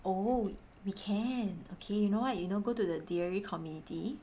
oh we can okay you know what you know go to the dearie community